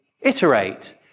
iterate